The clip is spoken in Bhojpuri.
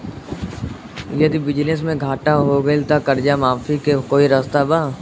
यदि बिजनेस मे घाटा हो गएल त कर्जा माफी के कोई रास्ता बा?